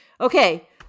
Okay